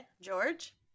George